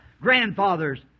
grandfathers